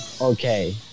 okay